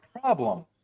problem